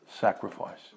Sacrifice